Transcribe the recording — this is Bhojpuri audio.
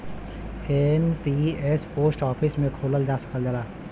एन.पी.एस पोस्ट ऑफिस में खोलल जा सकला